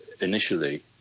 initially